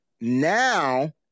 now